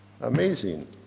amazing